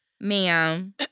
Ma'am